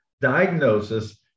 diagnosis